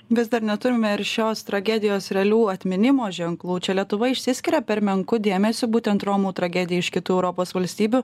vis dar neturime ir šios tragedijos realių atminimo ženklų čia lietuva išsiskiria per menku dėmesiu būtent romų tragedijai iš kitų europos valstybių